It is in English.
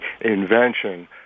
invention